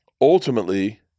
ultimately